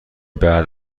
بعد